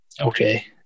okay